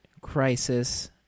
Crisis